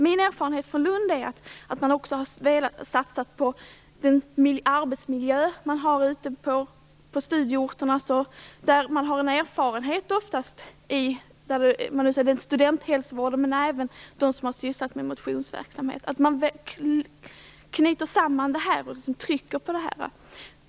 Min erfarenhet från Lund är att studentkåren också har velat satsa på arbetsmiljön på studieorten. Det finns ofta en erfarenhet inom studenthälsovården och bland dem som har sysslat med motionsverksamhet. Det är viktigt att vi knyter samman och trycker på vikten av det.